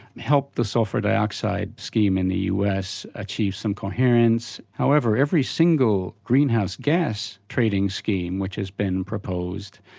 helped the sulphur dioxide scheme in the us achieve some coherence. however, every single greenhouse gas trading scheme which has been proposed,